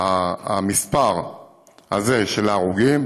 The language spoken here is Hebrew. המספר הזה של ההרוגים,